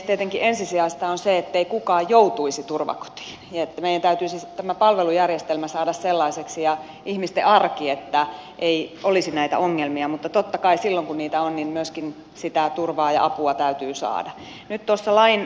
tietenkin ensisijaista on se ettei kukaan joutuisi turvakotiin ja että meidän täytyisi tämä palvelujärjestelmä saada sellaiseksi ja ihmisten arki että ei olisi näitä ongelmia mutta totta kai silloin kun niitä on myöskin sitä turvaa ja apua täytyy saada